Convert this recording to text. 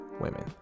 women